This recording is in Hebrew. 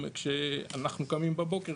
כאשר אני אומר "כשאנחנו קמים בבוקר"